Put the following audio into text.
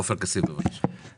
עופר כסיף, בבקשה.